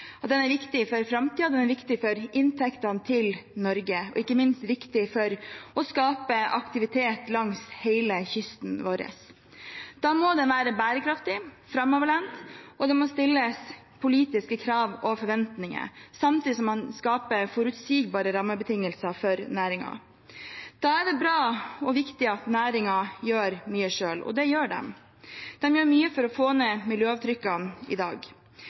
vokse. Den er viktig for framtiden, den er viktig for inntektene til Norge, og ikke minst er den viktig for å skape aktivitet langs hele kysten vår. Da må den være bærekraftig og framoverlent, og det må stilles politiske krav og forventninger, samtidig som man skaper forutsigbare rammebetingelser for næringen. Da er det bra og viktig at næringen gjør mye selv, og det gjør den. Den gjør mye for å få ned miljøavtrykkene i dag.